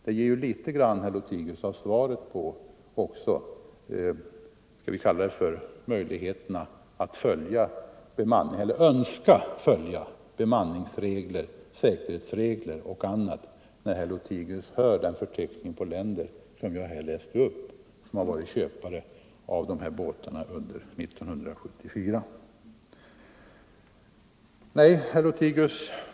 Den förteckning jag läste upp över länder som köpt båtar under 1974 säger ju litet grand om möjligheterna att följa bemanningsregler, säkerhetsregler och annat, herr Lothigius.